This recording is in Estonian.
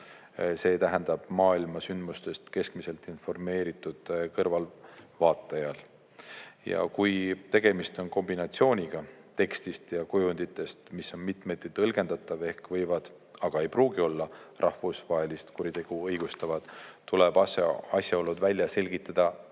eriteadmisteta, maailmasündmustest keskmiselt informeeritud kõrvalvaatajal. Ja kui tegemist on kombinatsiooniga tekstist ja kujunditest, mis on mitmeti tõlgendatav ja võib, aga ei pruugi olla rahvusvahelist kuritegu õigustav, tuleb asjaolud välja selgitada